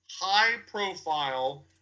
high-profile